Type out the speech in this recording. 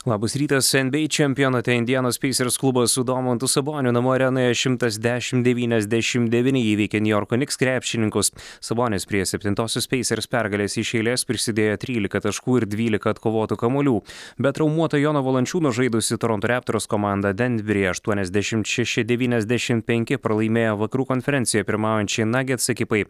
labas rytas en by ei čempionate indianos peisers klubas su domantu saboniu namų arenoje šimtas dešim devyniasdešim devyni įveikė niujorko niks krepšininkus sabonis prie septintosios peisers pergalės iš eilės prisidėjo trylika taškų ir dvylika atkovotų kamuolių be traumuoto jono valančiūno žaidusi toronto reptors komanda denveryje aštuoniasdešimt šeši devyniasdešimt penki pralaimėjo vakarų konferencijoj pirmaujančiai nagets ekipai